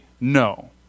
no